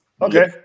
okay